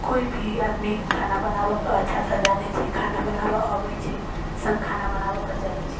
कोइ भी आदमी खाना बनाबैके अच्छासँ जानै छै खाना बनाबऽ अबै छै सब खाना बनाबैके जनै छै